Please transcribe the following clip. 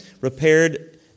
repaired